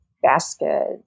Basket